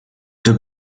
the